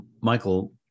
Michael